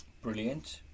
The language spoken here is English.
brilliant